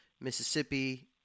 Mississippi